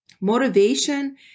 Motivation